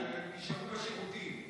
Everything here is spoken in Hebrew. נשארו בשירותים,